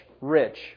rich